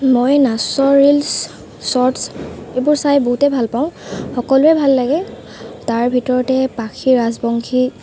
মই নাচৰ reels shorts এইবোৰ চাই বহুতেই ভাল পাওঁ সকলোৱা ভাল লাগে তাৰ ভিতৰতে পাখী ৰাজবংশী